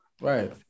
Right